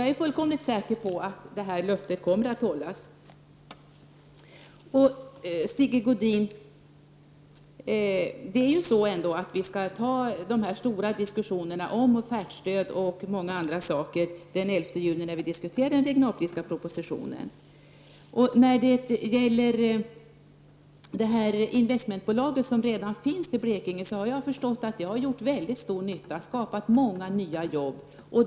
Jag är fullkomligt säker på att löftet kommer att hållas. Till Sigge Godin: Vi skall ta de stora diskussionerna om offertstöd och andra saker den 11 juni när vi skall diskutera den regionalpolitiska propositionen. När det gäller de investmentbolag som redan finns har jag förstått att de har gjort väldigt stor nytta och skapat många nya jobb.